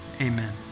amen